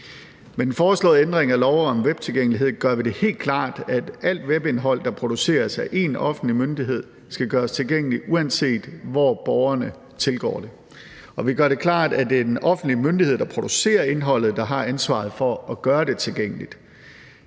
Med den foreslåede ændring af lov om webtilgængelighed gør vi det helt klart, at alt webindhold, der produceres af en offentlig myndighed, skal gøres tilgængeligt, uanset hvor borgerne tilgår det. Og vi gør det klart, at det er den offentlige myndighed, der producerer indholdet, der har ansvaret for at gøre det tilgængeligt.